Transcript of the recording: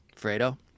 Fredo